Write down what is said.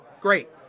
Great